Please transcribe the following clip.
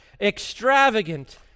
extravagant